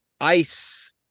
ice